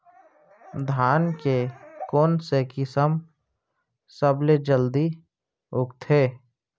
धान के कोन से किसम सबसे जलदी उगथे?